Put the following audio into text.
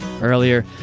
earlier